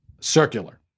Circular